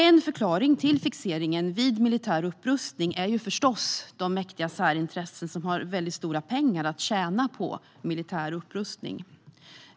En förklaring till fixeringen vid militär upprustning är förstås de mäktiga särintressen som har stora pengar att tjäna på militär upprustning.